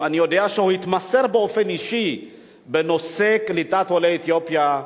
אני יודע שהוא התמסר באופן אישי בנושא קליטת עולי אתיופיה,